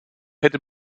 hätte